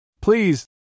Please